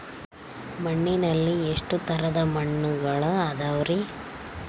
ಮಣ್ಣಿನಲ್ಲಿ ಎಷ್ಟು ತರದ ಮಣ್ಣುಗಳ ಅದವರಿ?